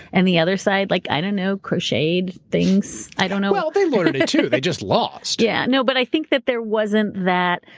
and the other side, like i don't know, crocheted things. i don't know. well, they lawyered it too they just lost. yeah, no, but i think that there wasn't that,